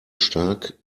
stark